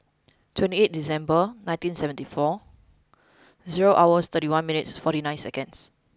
twenty eight December nineteen seventy five zero hours thirty one minutes forty nine seconds